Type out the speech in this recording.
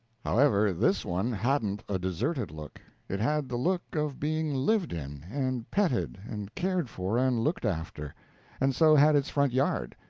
however, this one hadn't a deserted look it had the look of being lived in and petted and cared for and looked after and so had its front yard,